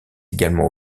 également